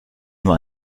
nur